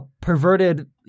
perverted